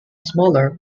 smaller